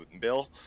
Bill